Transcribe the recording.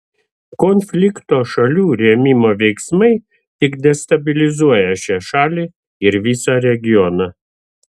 konflikto šalių rėmimo veiksmai tik destabilizuoja šią šalį ir visą regioną